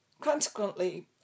Consequently